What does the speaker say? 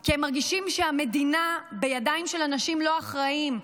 כי הם מרגישים שהמדינה בידיים של אנשים לא אחראיים,